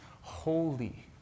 holy